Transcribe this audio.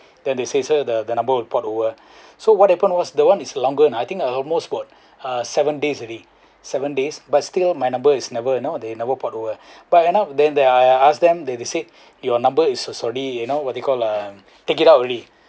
then they say sir the the number will port over so what happened was the one is longer I think another was uh seven days already seven days but still my number is never you know they never port over but end up then I ask them that they say your number is sorry you know what you called uh take it out already